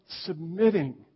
submitting